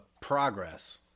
progress